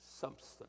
substance